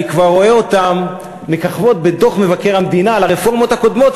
כבר רואה אותן מככבות בדוח מבקר המדינה על הרפורמות הקודמות,